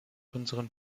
unseren